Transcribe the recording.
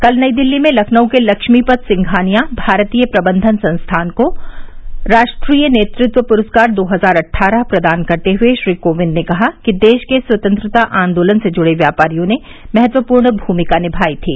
कल नई दिल्ली में लखनऊ के लक्मीपत सिंघानिया भारतीय प्रबंधन संस्थान को राष्ट्रीय नेतृत्व पुरस्कार दो हजार अट्ठारह प्रदान करते हुए श्री कोविंद ने कहा कि देश के स्वतंत्रता आंदोलन से जुड़े व्यापारियों ने महत्वपूर्ण भूमिका निभाई थी